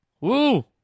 Woo